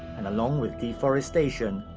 and along with deforestation,